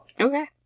Okay